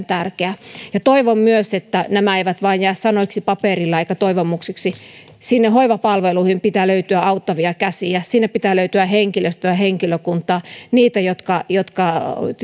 tärkeä ja toivon myös että nämä eivät vain jää sanoiksi paperilla eikä toivomuksiksi sinne hoivapalveluihin pitää löytyä auttavia käsiä sinne pitää löytyä henkilöstöä henkilökuntaa heitä jotka